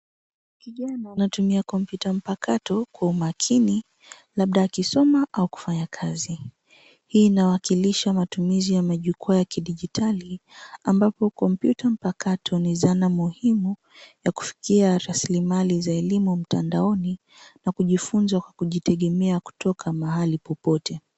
Kijana anatumia kompyuta mpakato kwa umakini labda akisoma au kufanya kazi. Hii inawakalisha matumizi ya majukwaa ya kidijitali ambapo kompyuta mpakato ni zana muhimu ya kufikia rasilimali za elimu mtandaoni na kujifunza kwa kujitegemea kutoka mahali popote.